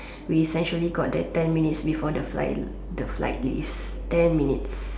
we essentially got there ten minutes before the flight the flight leaves ten minutes